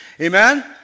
Amen